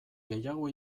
gehiago